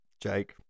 Jake